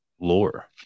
lore